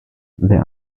there